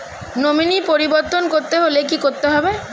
Nominee পরিবর্তন করতে হলে কী করতে হবে?